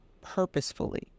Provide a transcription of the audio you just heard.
purposefully